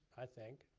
i think,